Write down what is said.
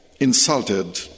Insulted